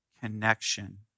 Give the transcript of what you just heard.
connection